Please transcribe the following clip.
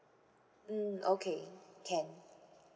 mm okay can